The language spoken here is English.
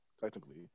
technically